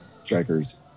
strikers